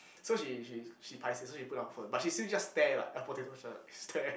so she she she paiseh so she put down the phone but she still just stare like a potato shirt stare